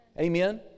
Amen